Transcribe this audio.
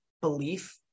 belief